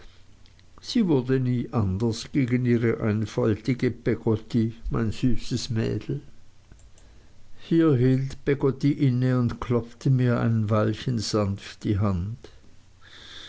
sie wurde nie anders gegen ihre einfältige peggotty mein süßes mädel hier hielt peggotty inne und klopfte mir ein weilchen sanft die hand